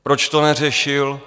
Proč to neřešil?